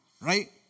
right